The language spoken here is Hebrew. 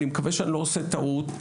אני מקווה שאני לא עושה טעות,